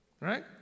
Right